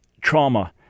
trauma